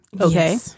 Okay